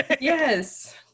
Yes